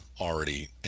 already